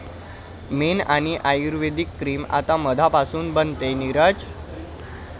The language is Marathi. मेण आणि आयुर्वेदिक क्रीम आता मधापासून बनते, नीरज